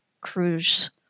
cruise